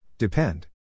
Depend